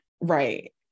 Right